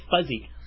fuzzy